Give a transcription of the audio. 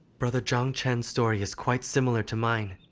brother zhong cheng's story is quite similar to mine.